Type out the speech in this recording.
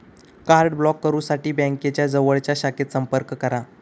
card block करुसाठी बँकेच्या जवळच्या शाखेत संपर्क करा